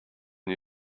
new